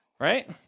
right